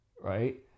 right